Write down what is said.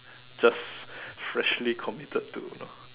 just freshly committed to you know